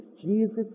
Jesus